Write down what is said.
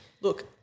Look